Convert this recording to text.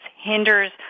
hinders